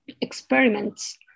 experiments